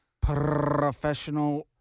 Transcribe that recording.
Professional